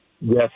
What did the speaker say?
Yes